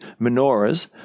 menorahs